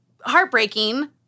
heartbreaking